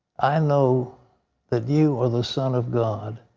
i know that you are the son of god.